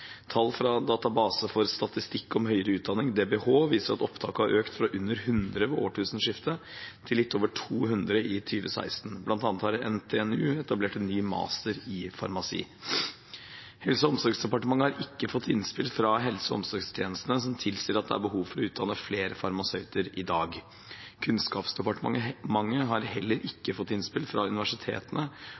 Tall fra Database for statistikk om høyere utdanning, DBH, viser at opptaket har økt fra under 100 ved årtusenskiftet til litt over 200 i 2016. Blant annet har NTNU etablert en ny master i farmasi. Helse- og omsorgsdepartementet har ikke fått innspill fra helse- og omsorgstjenestene som tilsier at det er behov for å utdanne flere farmasøyter i dag. Kunnskapsdepartementet har heller ikke fått innspill fra universitetene